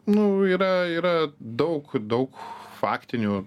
nu yra yra daug daug faktinių